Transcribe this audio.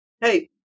hey